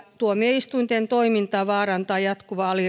tuomioistuinten toimintaa vaarantaa jatkuva